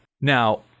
now